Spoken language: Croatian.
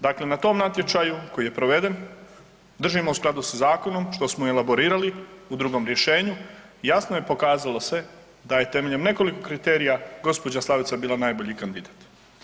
Dakle na tom natječaju koji je proveden, držimo u skladu sa zakonom, što smo i elaborirali, u drugom rješenju, jasno je pokazalo sve da je temeljem nekoliko kriterija gđa. Slavica bila najbolji kandidat.